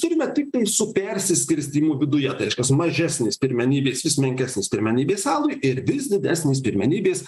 turime tiktais su persiskirstymu viduje tai reiškias mažesnis pirmenybės vis menkesnis pirmenybės alui ir vis didesnis pirmenybės